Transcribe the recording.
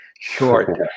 short